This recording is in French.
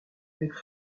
avec